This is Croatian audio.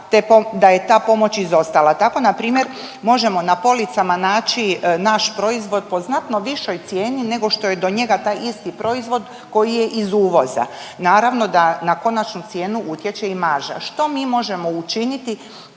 da je ta pomoć izostala. Tako npr. možemo na policama naći naš proizvod po znatno višoj cijeni nego što je do njega taj isti proizvod koji je iz uvoza, naravno da na konačnu cijenu utječe i marža. Što mi možemo učiniti